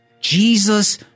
Jesus